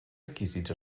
requisits